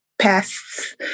pests